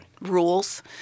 rules